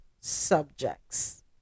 subjects